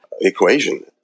equation